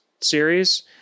series